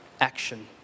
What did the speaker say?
action